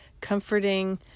comforting